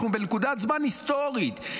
אנחנו בנקודת זמן היסטורית.